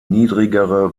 niedrigere